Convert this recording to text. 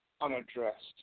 unaddressed